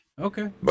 okay